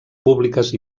públiques